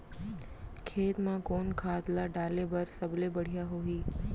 खेत म कोन खाद ला डाले बर सबले बढ़िया होही?